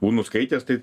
būnu skaitęs tai